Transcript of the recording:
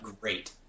great